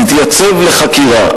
תתייצב לחקירה.